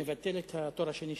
לבטל את התור השני שלי.